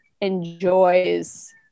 enjoys